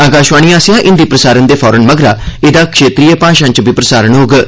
आकाशवाणी आसेआ हिंदी प्रसारण दे फौरन मगरा एह्दा क्षेत्रीय भाषाएं च बी प्रसारण कीता जाग